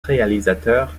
réalisateurs